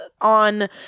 on